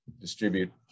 distribute